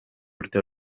urte